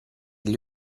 gli